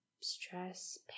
stress